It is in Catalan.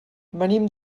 venim